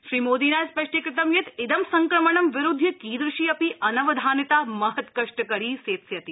श्रीमोदिना स्पष्टीकृतं यत् इदं संक्रमणं विरुध्य कीदृशी अपि अनवधानता महत्कष्टकरी सेत्स्यति